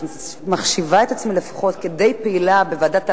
מחשיבה את עצמי לפחות די פעילה בוועדת העבודה,